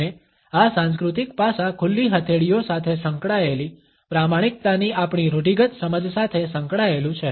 અને આ સાંસ્કૃતિક પાસા ખુલ્લી હથેળીઓ સાથે સંકળાયેલી પ્રમાણિકતાની આપણી રૂઢિગત સમજ સાથે સંકળાયેલું છે